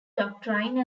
doctrine